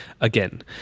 again